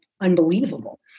unbelievable